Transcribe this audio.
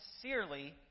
sincerely